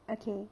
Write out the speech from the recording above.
okay